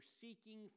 seeking